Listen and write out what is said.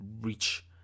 reach